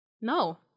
No